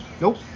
Nope